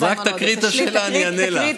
אז רק תקריא את השאלה, אני אענה עליה.